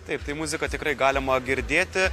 taip tai muziką tikrai galima girdėti